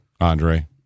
Andre